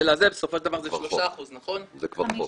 בסופו של דבר זה 3%. זה כבר חוק.